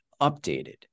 updated